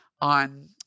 on